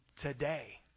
today